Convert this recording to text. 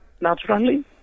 naturally